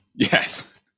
yes